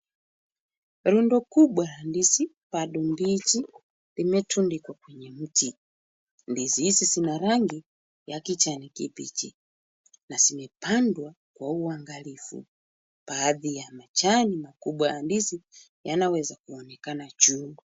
Rundo kubwa la ndizi bado mbichi limetundikwa kwenye mti ndizi hizi Zina rangi ya kijani kibichi na zimepandwa kwa uangalifu baadhi ya majani makubwa ya ndizi yanaweza kuonekana juu.